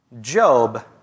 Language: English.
Job